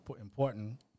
important